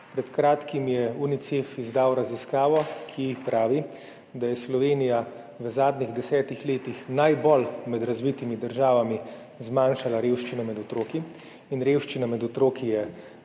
Pred kratkim je Unicef izdal raziskavo, ki pravi, da je Slovenija v zadnjih desetih letih med razvitimi državami najbolj zmanjšala revščino med otroki